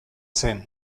zen